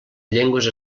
llengües